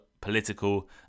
political